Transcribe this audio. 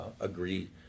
agree